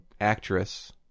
actress